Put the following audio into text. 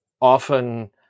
often